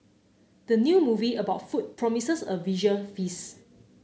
the new movie about food promises a visual feast